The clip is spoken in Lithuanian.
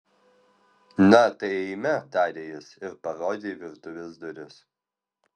na tai eime tarė jis ir parodė į virtuvės duris